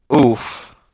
Oof